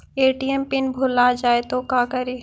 ATM PIN भुला जाए तो का करी?